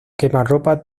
quemarropa